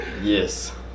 Yes